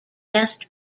nest